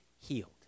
healed